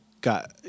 got